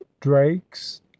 Drake's